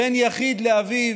בן יחיד לאביו.